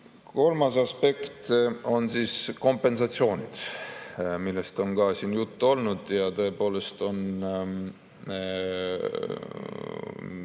Kolmas aspekt on kompensatsioonid, millest on ka siin juttu olnud. Tõepoolest on